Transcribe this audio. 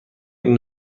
این